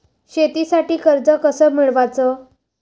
शेतीसाठी कर्ज कस मिळवाच?